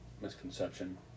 misconception